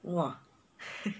!wah!